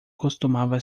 costumava